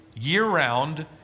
year-round